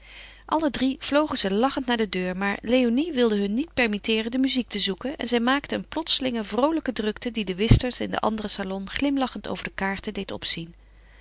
alle drie vlogen ze lachend naar de deur maar léonie wilde hun niet permitteeren de muziek te zoeken en zij maakten een plotselinge vroolijke drukte die de whisters in den anderen salon glimlachend over de kaarten deed opzien